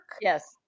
Yes